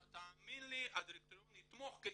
תאמין לי, הדירקטוריון יתמוך כי